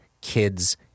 kids